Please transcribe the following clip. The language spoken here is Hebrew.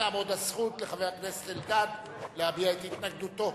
תעמוד הזכות לחבר הכנסת אלדד להביע את התנגדותו.